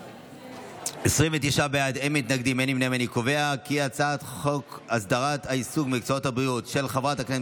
להעביר את הצעת חוק הסדרת העיסוק במקצועות הבריאות (תיקון,